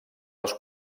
les